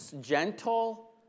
gentle